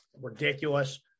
Ridiculous